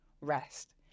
rest